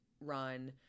run